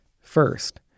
First